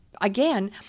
Again